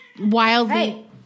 wildly